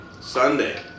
Sunday